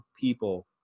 people